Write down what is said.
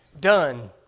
Done